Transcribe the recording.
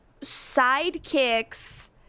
sidekicks